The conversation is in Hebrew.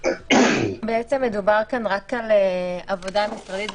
בעצם מדובר כאן רק על עבודה משרדית,